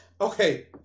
Okay